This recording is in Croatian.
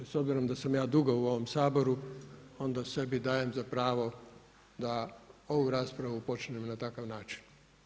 S obzirom da sam ja dugo u ovom Saboru, onda sebi dajem za pravo da ovu raspravu počnem na takav način.